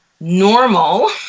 normal